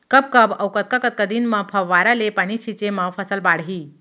कब कब अऊ कतका कतका दिन म फव्वारा ले पानी छिंचे म फसल बाड़ही?